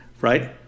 right